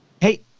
Hey